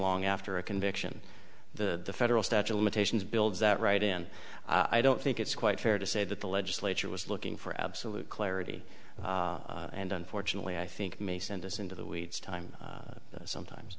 long after a conviction the federal statute limitations builds that right in i don't think it's quite fair to say that the legislature was looking for absolute clarity and unfortunately i think may send us into the weeds time sometimes